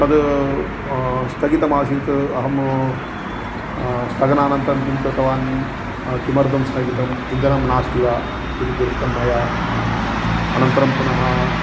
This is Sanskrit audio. तद् स्थगितमासीत् अहं स्थगनानन्तरं किं कृतवान् किमर्थं स्थगितम् इन्धनं नास्ति वा इति दृष्टं मया अनन्तरं पुनः